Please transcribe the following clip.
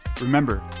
remember